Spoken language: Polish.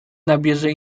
nabierze